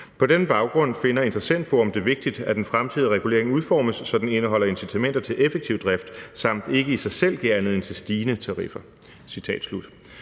På denne baggrund finder Interessentforum det vigtigt, at den fremtidige regulering udformes, så den indeholder incitamenter til effektiv drift samt ikke i sig selv giver anledning til stigende tariffer.«